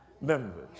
members